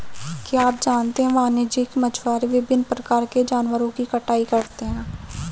क्या आप जानते है वाणिज्यिक मछुआरे विभिन्न प्रकार के जानवरों की कटाई करते हैं?